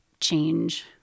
change